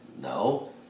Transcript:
no